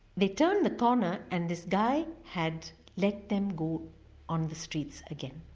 they turned the corner and this guy had let them go on the streets again.